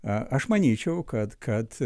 aš manyčiau kad kad